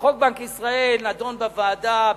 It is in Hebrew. וחוק בנק ישראל נדון בוועדה באינטנסיביות,